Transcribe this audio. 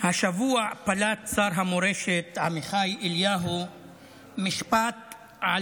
השבוע פלט שר המורשת עמיחי אליהו משפט על